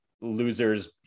losers